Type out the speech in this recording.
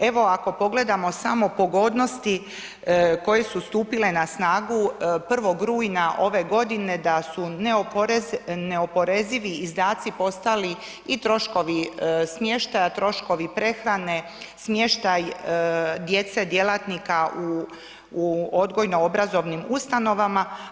Evo ako pogledamo samo pogodnosti koje su stupile na snagu 1. rujna ove godine da su neoporezivi izdaci postali i troškovi smještaja, troškovi prehrane, smještaj djece djelatnika u odgojno-obrazovnim ustanovama.